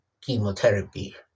chemotherapy